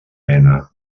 mena